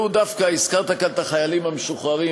הזכרת כאן את החיילים המשוחררים.